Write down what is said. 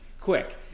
quick